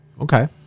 okay